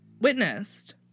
witnessed